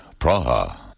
Praha